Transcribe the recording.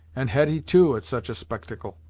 and hetty, too, at such a spectacle!